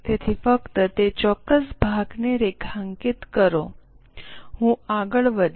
તેથી ફક્ત તે ચોક્કસ ભાગને રેખાંકિત કરો હું આગળ વધીશ